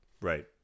Right